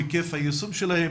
היישום שלהם,